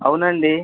అవునండి